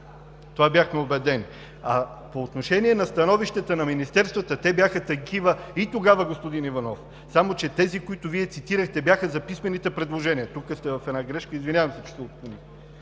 това бяхме убедени. По отношение на становищата на министерствата, те бяха такива и тогава, господин Иванов. Само че тези, които Вие цитирахте, бяха за писмените предложения. Тук сте в една грешка. Извинявам се, че се отклоних.